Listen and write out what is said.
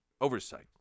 Oversight